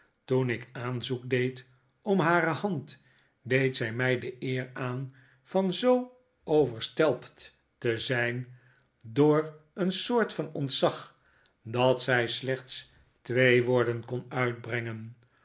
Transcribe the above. toen ik aanzoek deed om hare hand deed zy my de eer aan van zoo overstelpt te zyn door een soort van ontzag dat zy slechts twee woorden kon uitbrengen